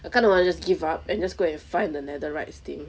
I kind of want to just give up and go and find the netherites thing